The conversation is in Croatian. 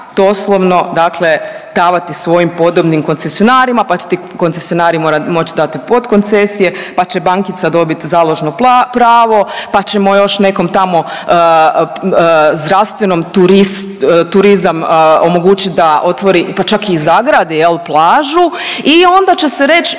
dakle davati svojim podobnim koncesionarima, pa će ti koncesionari moći davati pod koncesije, pa će bankica dobiti založno pravo, pa ćemo još nekom tamo zdravstvenom turizam omogućit da otvori, pa čak i zagradi jel' plažu i onda će se reći